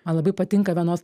man labai patinka vienos